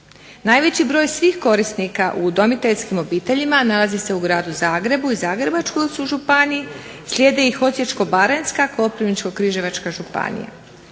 Najveći broj svih korisnika u udomiteljskim obiteljima nalazi se u gradu Zagrebu i Zagrebačkoj županiji, slijede ih Osječko-baranjska, Koprivničko-križevačka županija.